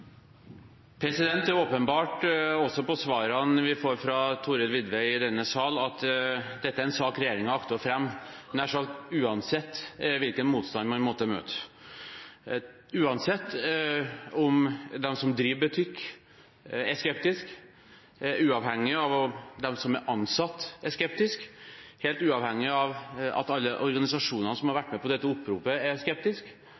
svarene vi får fra Thorhild Widvey i denne sal, at dette er en sak regjeringen akter å fremme, nær sagt uansett hvilken motstand man måtte møte – uansett om de som driver butikk, er skeptisk, uavhengig av om de som er ansatt, er skeptisk, helt uavhengig av at alle organisasjonene som har vært med på dette oppropet, er skeptisk,